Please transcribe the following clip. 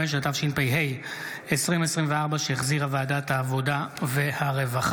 35), התשפ"ה 2024, שהחזירה ועדת העבודה והרווחה.